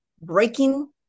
breaking